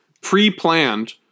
pre-planned